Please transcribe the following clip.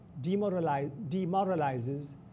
demoralizes